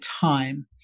time